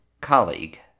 colleague